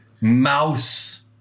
mouse